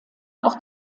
auch